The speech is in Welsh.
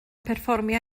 perfformio